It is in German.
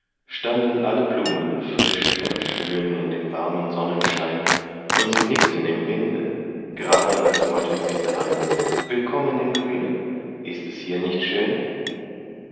standen alle blumen frisch und schön in dem warmen sonnenschein und sie nickten im winde gerade als wollten sie sagen willkommen im grünen ist es hier nicht schön